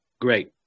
Great